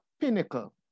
pinnacle